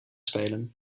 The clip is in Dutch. spelen